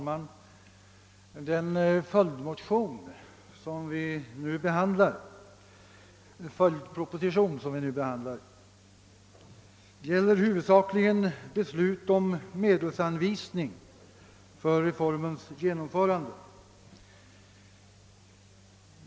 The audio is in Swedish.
Herr talman! Den följdproposition som vi i dag behandlar gäller huvudsakligen beslut om medelsanvisning för reformens genomförande.